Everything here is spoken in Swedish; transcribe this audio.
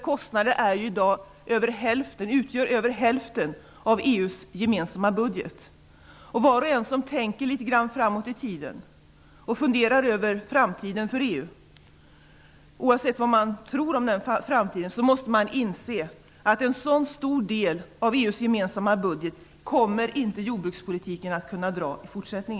Kostnaderna för denna utgör i dag över hälften av EU:s gemensamma budget. Var och en som tänker litet grand framåt i tiden och funderar över framtiden för EU - oavsett vad man tror om den framtiden - måste inse att en så stor del av EU:s gemensamma budget kommer jordbrukspolitiken i fortsättningen inte att kunna dra.